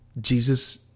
jesus